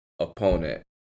opponent